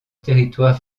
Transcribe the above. terroir